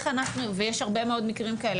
ויש הרבה מאוד מקרים כאלה,